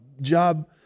job